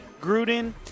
Gruden